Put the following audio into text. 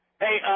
Hey